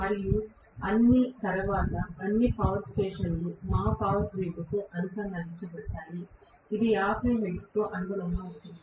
మరియు అన్ని తరువాత అన్ని పవర్ స్టేషన్లు మా పవర్ గ్రిడ్కు అనుసంధానించబడతాయి ఇది 50 హెర్ట్జ్కు అనుగుణంగా ఉంటుంది